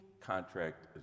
contract